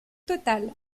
total